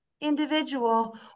individual